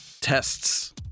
tests